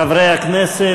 חברי הכנסת,